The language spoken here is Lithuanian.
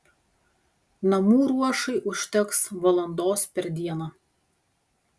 namų ruošai užteks valandos per dieną